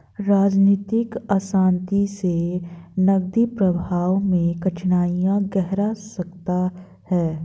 राजनीतिक अशांति से नकदी प्रवाह में कठिनाइयाँ गहरा सकता है